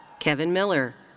kevin miller.